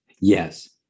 Yes